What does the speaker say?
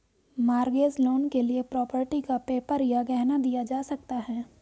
mortgage loan के लिए property का पेपर या गहना दिया जा सकता है